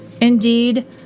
Indeed